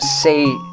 say